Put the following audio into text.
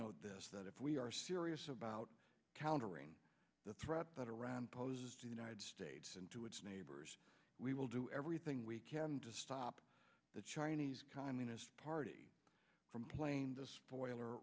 this that if we are serious about countering the threat that iran poses to united states and to its neighbors we will do everything we can to stop the chinese communist party from playing the spoiler